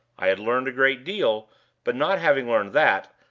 i had learned a great deal but, not having learned that,